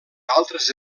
altres